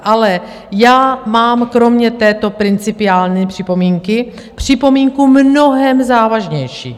Ale já mám kromě této principiální připomínky připomínku mnohem závažnější.